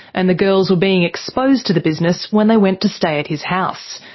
and the girls were being exposed to the business when they went to stay at his house.